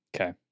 Okay